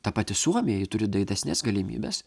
ta pati suomija ji turi didesnes galimybes